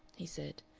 he said.